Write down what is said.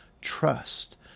trust